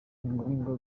ngombwa